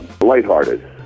lighthearted